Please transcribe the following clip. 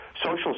Social